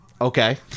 Okay